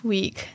Week